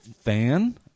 fan